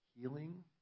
healing